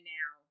now